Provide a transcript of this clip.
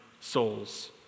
souls